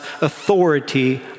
authority